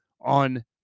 on